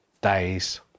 days